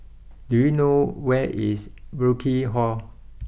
do you know where is Burkill Hall